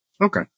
Okay